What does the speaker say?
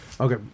Okay